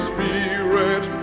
Spirit